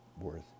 worth